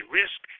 risk